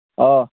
অঁ